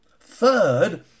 Third